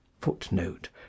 footnote